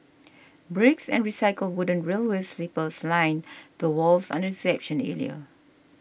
bricks and recycled wooden railway sleepers line the walls on the reception area